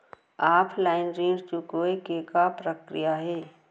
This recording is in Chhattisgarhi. ऑफलाइन ऋण चुकोय के का प्रक्रिया हे?